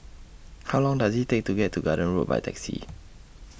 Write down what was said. How Long Does IT Take to get to Garden Road By Taxi